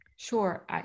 Sure